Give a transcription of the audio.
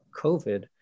COVID